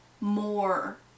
more